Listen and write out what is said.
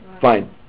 Fine